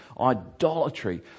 Idolatry